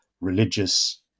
religious